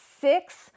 six